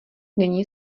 nyní